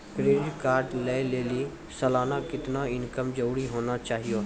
Credit card लय लेली सालाना कितना इनकम जरूरी होना चहियों?